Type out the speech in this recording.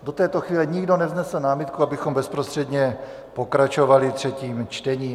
Do této chvíle nikdo nevznesl námitku, abychom bezprostředně pokračovali třetím čtením.